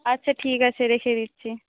আচ্ছা ঠিক আছে রেখে দিচ্ছি